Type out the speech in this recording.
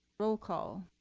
roll call?